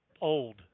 old